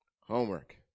homework